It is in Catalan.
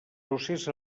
procés